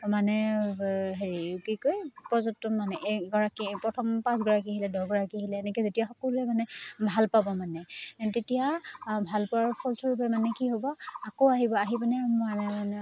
মানে হেৰি কি কয় পৰ্যটন মানে এগৰাকী প্ৰথম পাঁচগৰাকী আহিলে দহগৰাকী আহিলে এনেকে যেতিয়া সকলোৱে মানে ভাল পাব মানে তেতিয়া ভাল পোৱাৰ ফলস্বৰূপে মানে কি হ'ব আকৌ আহিব আহি